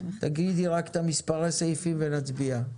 תגידי רק את מספרי הסעיפים ונצביע.